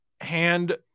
hand